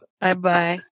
Bye-bye